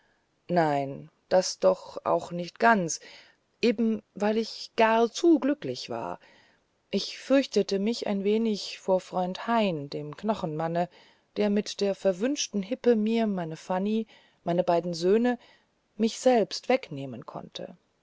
nein das doch auch nicht ganz eben weil ich gar zu glücklich war ich fürchtete mich ein wenig vor freund hain dem knochenmanne der mit der verwünschten hippe mir meine fanny meine beiden söhne mich selbst wegmähen konnte